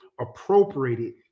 appropriated